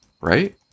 right